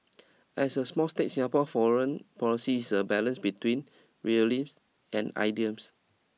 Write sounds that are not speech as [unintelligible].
as a small state Singapore foreign policies is a balance between real lips and [unintelligible]